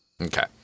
Okay